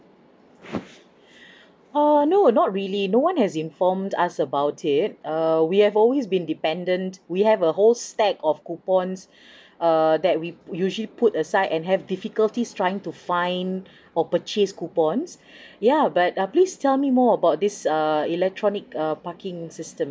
err no not really no one has informed us about it err we have always been dependent we have a whole stack of coupons err that we usually put aside and have difficulties trying to find for purchase coupons yeah but uh please tell me more about this err electronic err parking system